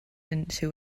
into